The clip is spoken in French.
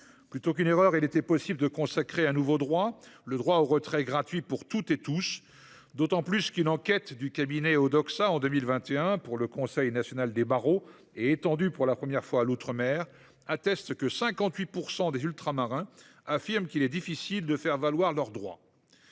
Pourtant, il eût été possible de consacrer un nouveau droit, le droit au retrait gratuit pour toutes et tous, d’autant qu’une enquête du cabinet Odoxa de 2021 pour le Conseil national des barreaux, étendue pour la première fois à l’outre mer, atteste que 58 % des Ultramarins affirment qu’il leur est difficile de faire valoir leurs droits.